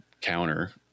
counter